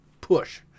push